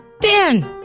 Dan